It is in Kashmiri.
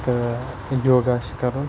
تہٕ یوگا چھُ کَرُن